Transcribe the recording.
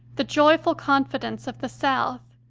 the joyful confi dence of the south,